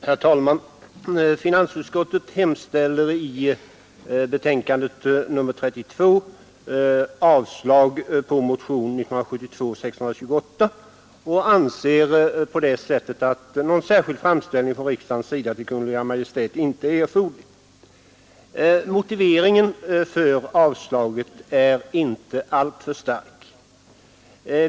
Herr talman! Finansutskottet hemställer i betänkandet nr 32 om avslag på motionen 628 och anser att någon särskild framställning från riksdagens sida till Kungl. Maj:t inte är erforderlig. Motiveringen till avstyrkandet är inte alltför stark.